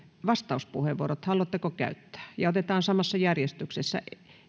vastauspuheenvuorot haluatteko käyttää otetaan samassa järjestyksessä